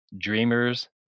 dreamers